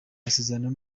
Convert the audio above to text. amasezerano